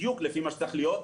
בדיוק לפי מה שצריך להיות.